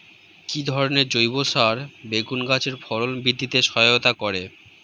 কি ধরনের জৈব সার বেগুন গাছে ফলন বৃদ্ধিতে সহায়তা করে?